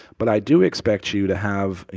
but i do expect you to have,